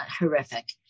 horrific